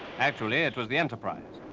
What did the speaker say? actually, it was the enterprise.